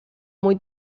muy